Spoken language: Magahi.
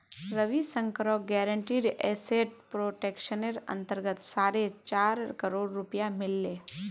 रविशंकरक गारंटीड एसेट प्रोटेक्शनेर अंतर्गत साढ़े चार करोड़ रुपया मिल ले